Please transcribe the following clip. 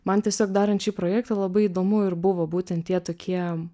man tiesiog darant šį projektą labai įdomu ir buvo būtent tie tokie